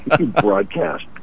broadcast